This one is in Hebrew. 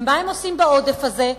ומה הם עושים בעודף הזה?